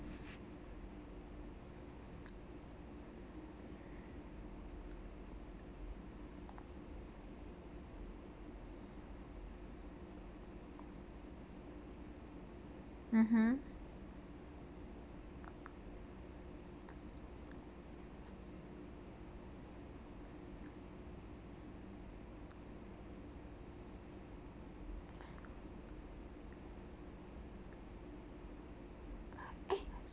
mmhmm